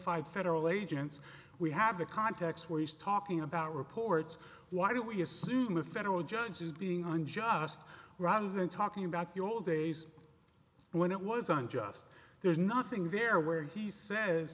d federal agents we have the contacts where he's talking about reports why do we assume a federal judge is being unjust rather than talking about the old days when it was unjust there's nothing there where he says